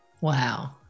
Wow